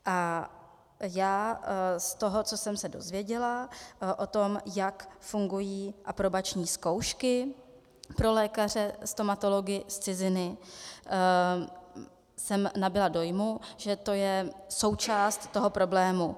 A já z toho, co jsem se dozvěděla, o tom, jak fungují aprobační zkoušky pro lékaře stomatology z ciziny, jsem nabyla dojmu, že to je součást toho problému.